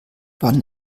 wann